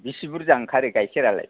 बेसे बुरजा ओंखारो गाइखेरआलाय